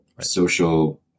social